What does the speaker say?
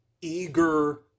eager